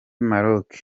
maroc